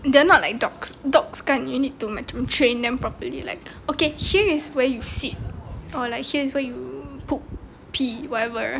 they're not like dogs dogs kan you need to macam train them properly like okay here is where sit or like here is where you poop pee whatever